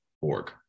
org